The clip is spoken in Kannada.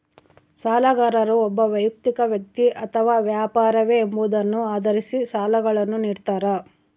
ಸಾಲಗಾರರು ಒಬ್ಬ ವೈಯಕ್ತಿಕ ವ್ಯಕ್ತಿ ಅಥವಾ ವ್ಯಾಪಾರವೇ ಎಂಬುದನ್ನು ಆಧರಿಸಿ ಸಾಲಗಳನ್ನುನಿಡ್ತಾರ